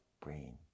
brain